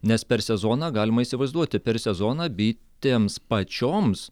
nes per sezoną galima įsivaizduoti per sezoną bitėms pačioms